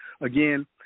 again